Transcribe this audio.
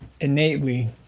innately